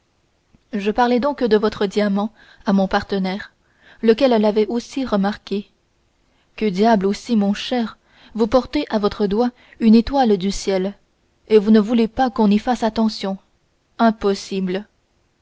je parlai donc de votre diamant à mon partenaire lequel l'avait aussi remarqué que diable aussi mon cher vous portez à votre doigt une étoile du ciel et vous ne voulez pas qu'on y fasse attention impossible